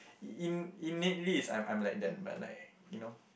in innately is I'm I'm like that but like you know